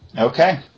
Okay